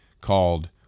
called